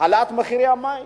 העלאת מחירי המים.